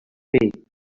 faith